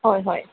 হয় হয়